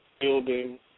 building